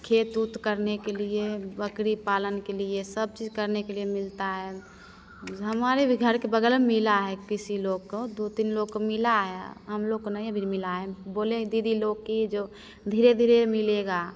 खेत उत करने के लिए बकरी पालन के लिए सब चीज़ करने के लिए मिलता है हमारे भी घर के बगल में मिला है किसी लोग को दो तीन लोग को मिला है हमलोग को नहीं अभी मिला है बोले हैं दीदी लोग कि जो धीरे धीरे मिलेगा